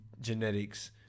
genetics